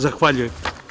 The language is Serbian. Zahvaljujem.